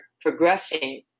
progressing